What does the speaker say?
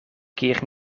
keer